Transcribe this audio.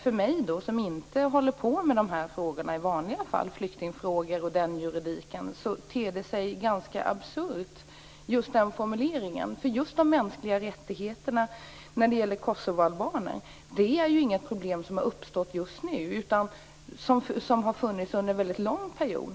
För mig, som inte håller på med flyktingfrågorna och den juridiken vanliga fall, ter sig den formuleringen ganska absurd. Just det här med de mänskliga rättigheterna i fråga om kosovoalbaner är ju inget problem som har uppstått just nu. Det har funnits under en väldigt lång period.